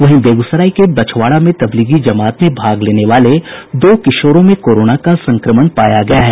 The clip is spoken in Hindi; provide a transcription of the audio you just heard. वहीं बेगूसराय के बछवाड़ा में तबलीगी जमात में भाग लेने वाले दो किशोरों में कोरोना का संक्रमण पाया गया है